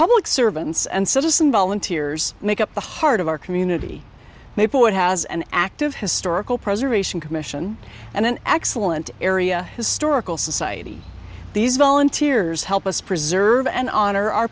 public servants and citizen volunteers make up the heart of our community maplewood has an active historical preservation commission and an excellent area historical society these volunteers help us preserve and honor our